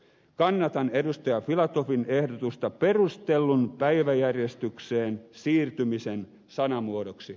kannatan edustaja filatovin ehdotusta perustellun päiväjärjestykseen siirtymisen sanamuodoksi